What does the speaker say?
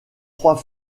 trois